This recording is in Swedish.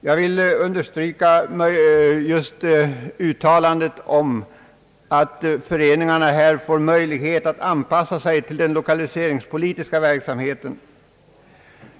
Jag vill särskilt understryka uttalandet om att föreningarna får vissa möjligheter att anpassa sig till och medverka i den lokaliseringspolitiska verksamheten.